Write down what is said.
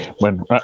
Bueno